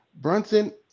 Brunson